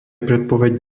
predpoveď